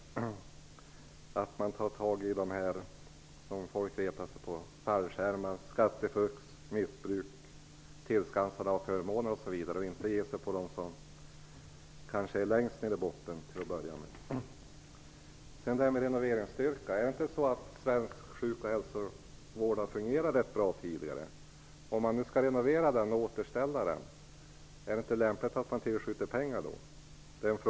Det innebär att man tar tag i sådant som människor retar sig på, t.ex. fallskärmsavtalen, skattefusk, missbruk och tillskansande av förmåner, och inte till att börja med ger sig på dem som befinner sig längst ned på botten. Beträffande det som sades om en renoveringsstyrka vill jag fråga följande. Har inte svensk sjuk och hälsovård fungerat ganska bra tidigare? Om man nu skall renovera och återställa den, är det då inte lämpligt att man tillskjuter pengar?